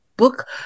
book